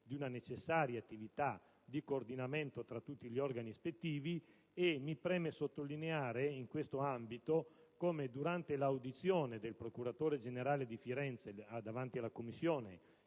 la necessaria attività di coordinamento tra tutti gli organi ispettivi. Mi preme sottolineare come, durante l'audizione del procuratore generale di Firenze davanti alla Commissione,